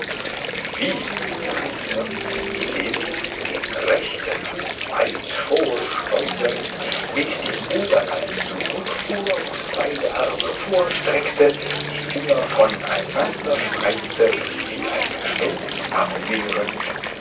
wie rief er indem er den rechten fuß weit vorschleudernd mit dem oberleib zurückfuhr und beide arme vorstreckte die finger voneinanderspreizte wie ein gespenst abwehrend